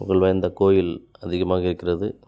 புகழ் வாய்ந்த கோயில் அதிகமாக இருக்கிறது